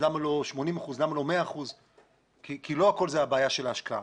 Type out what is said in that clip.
למה לא 80 אחוזים ולמה לא 100 אחוזים כי לא הכול זאת הבעיה של ההשקעה.